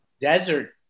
desert